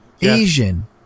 Asian